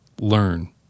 Learn